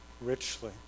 richly